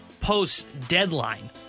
post-deadline